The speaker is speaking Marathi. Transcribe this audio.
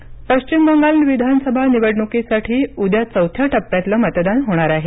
निवडणूक पश्चिम बंगाल विधानसभा निवडणुकीसाठी उद्या चौथ्या टप्प्यातलं मतदान होणार आहे